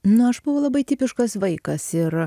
nu aš buvau labai tipiškas vaikas ir